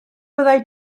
byddai